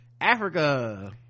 Africa